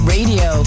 Radio